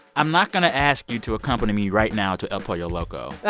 i'm not going to ask you to accompany me right now to el pollo loco. yeah